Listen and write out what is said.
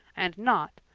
and not,